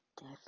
death